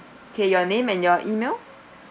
okay your name and your email